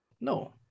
No